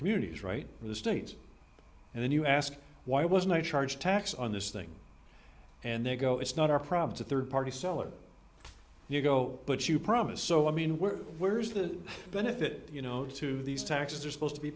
communities right in the states and then you ask why wasn't i charged tax on this thing and they go it's not our problem to third party sellers and you go but you promise so i mean we're where's the benefit you know to these taxes are supposed to be